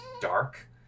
dark